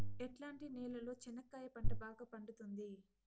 ఎట్లాంటి నేలలో చెనక్కాయ పంట బాగా పండుతుంది?